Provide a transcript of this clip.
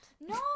No